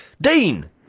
Dean